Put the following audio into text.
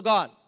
God